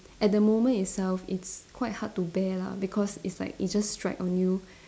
at that moment itself it's quite hard to bear lah because it's like it just strike on you